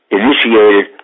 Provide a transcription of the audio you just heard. initiated